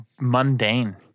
mundane